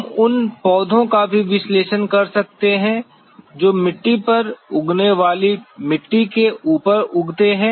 हम उन पौधों का भी विश्लेषण कर सकते हैं जो मिट्टी पर उगने वाली मिट्टी के ऊपर उगते हैं